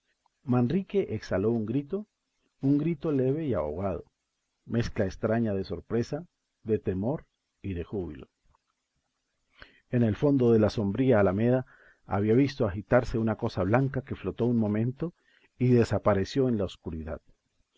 manrique exhaló un grito un grito leve y ahogado mezcla extraña de sorpresa de temor y de júbilo en el fondo de la sombría alameda había visto agitarse una cosa blanca que flotó un momento y desapareció en la oscuridad